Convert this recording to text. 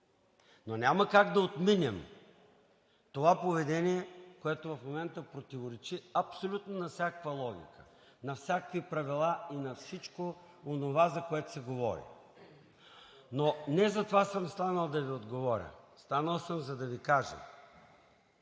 Няма как да отминем това поведение, което в момента противоречи абсолютно на всякаква логика, всякакви правила и всичко онова, за което се говори, но не съм станал за това да Ви отговоря. Станал съм, за да Ви кажа,